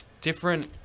Different